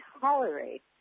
tolerate